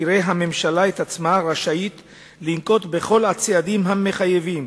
תראה הממשלה את עצמה רשאית לנקוט את כל הצעדים המחייבים,